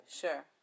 Sure